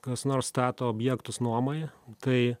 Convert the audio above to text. kas nors stato objektus nuomoja tai